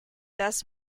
thus